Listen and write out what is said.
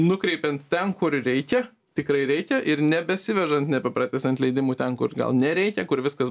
nukreipiant ten kur reikia tikrai reikia ir nebesiveža nepratęsiant leidimų ten kur gal nereikia kur viskas